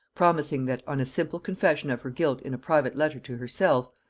promising that, on a simple confession of her guilt in a private letter to herself,